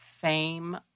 fame